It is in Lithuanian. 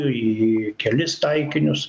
į kelis taikinius